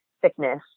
sickness